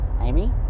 Amy